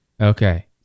Okay